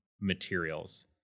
materials